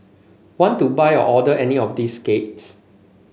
want to buy or order any of these cakes